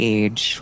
age